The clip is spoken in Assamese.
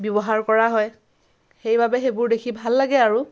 ব্যৱহাৰ কৰা হয় সেইবাবে সেইবোৰ দেখি ভাল লাগে আৰু